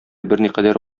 берникадәр